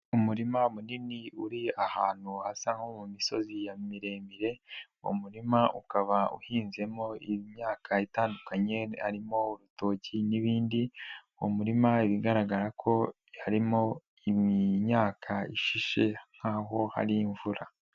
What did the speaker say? Umurima munini uri ahantu hasa nko mu misozi miremire, uwo murima ukaba uhinzemo imyaka itandukanye harimo urutoki n'ibindi. Ni umuririma bigaragara ko harimo imyaka ishishe nk' ahari imvura.